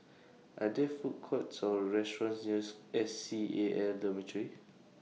Are There Food Courts Or restaurants nears S C A L Dormitory